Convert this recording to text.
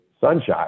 sunshine